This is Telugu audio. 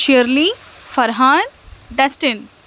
Shirley Farhan Dustin